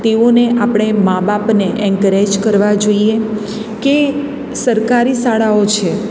તેઓને આપણે મા બાપને એન્કરેજ કરવાં જોઈએ કે સરકારી શાળાઓ છે